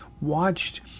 watched